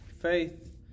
faith